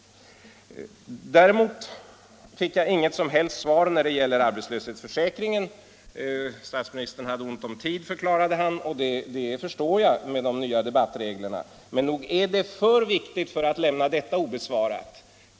Däremot fick jag inget som helst svar när det gällde arbetslöshetsförsäkringen. Statsministern förklarade att han hade ont om tid, och det förstår jag med de nya debattreglerna. Men detta är för viktigt för att lämnas obesvarat.